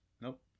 Nope